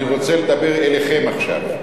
אני רוצה לדבר אליכם עכשיו.